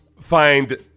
find